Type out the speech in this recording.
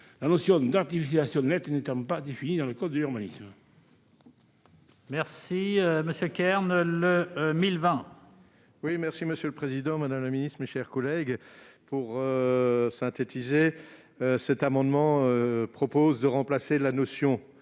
la notion d'artificialisation nette n'étant pas définie dans le code de l'urbanisme.